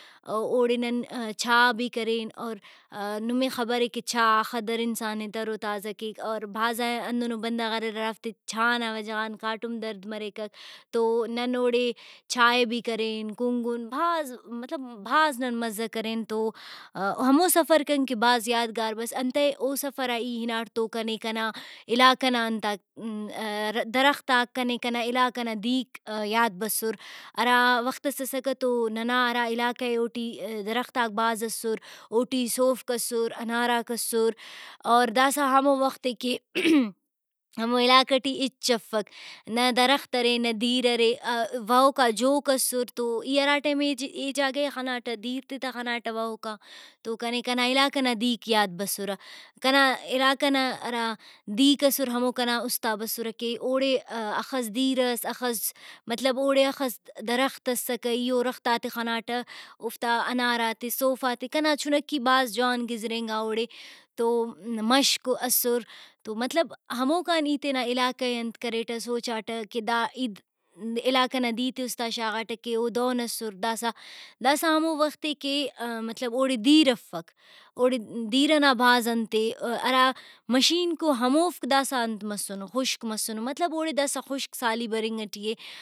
اوڑےنن چاء بھی کرین اور نمے خبرے کہ چاء ہخدر انسان ئے تر وتازہ کیک۔ اوربھاز اندنو بندغ اریر ہرافتے چاء نا وجان کاٹم درد مریکک۔ تو نن اوڑے چائے بھی کرین کُنگن بھاز مطلب بھاز نن مزہ کرین تو ہمو سفر کنکہ بھاز یادگار مس انتئے او سفرا ای ہناٹ تو کنے کنا علاقہ نا انتاک درختاک کنے کنا علاقہ نا دیرک یاد بسر ہرا وختس اسکہ تو ننا ہرا علاقہ اے اوٹی درختاک بھاز اسر اوٹی سوفک اسر اناراک اسر اور داسہ ہمو وختے کہ (وائس)ہمو علاقہ ٹی ہچ افک نہ درخت ارے نہ دیر ارے (وائس) وہوکا جوک اسر تو ای ہراٹائم اے جاگہ ئے خناٹہ دیرتے تہ خناٹہ وہوکا تو کنے کنا علاقہ نا دیرک یاد بسرہ ۔کنا علاقہ نا ہرا دیرک اسر ہمو کنا اُستا بسرہ کہ اوڑے ہخس دیر اس ہخس مطلب اوڑے ہخس درخت اسکہ ای او درختاتے خناٹہ اوفتا اناراتے اوفتا سوفاتے کنا چُنکی بھاز جوان گزرینگااوڑے تو مشک اسر تو مطلب ہموکان ای تینا علاقے ئے انت کریٹہ سوچاٹہ کہ دا ای علاقہ نا دیرتے اُستا شاغاٹہ کہ او دہن اسر داسہ داسہ ہموختے کہ مطلب اوڑے دیر افک اوڑے دیر نا بھاز انتے ہرا مشینکو ہموفک داسہ انت مسنو خُشک مسنو۔ مطلب اوڑے داسہ خشک سالی برنگ ٹی اے۔